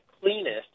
cleanest